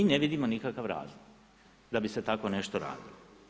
Mi ne vidimo nikakav razlog da bi se tako nešto radilo.